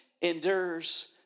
endures